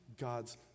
God's